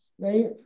Right